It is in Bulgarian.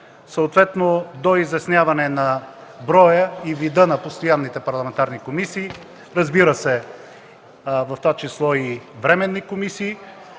съответно до изясняване на броя и вида на постоянните парламентарни комисии. Разбира се, в това число и временни комисии,